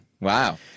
Wow